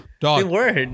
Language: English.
Dog